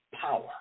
power